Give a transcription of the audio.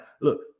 Look